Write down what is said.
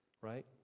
right